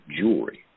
jewelry